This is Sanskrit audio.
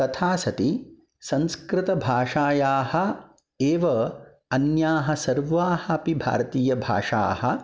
तथा सति संस्कृतभाषायाः एव अन्याः सर्वाः अपि भारतीयभाषाः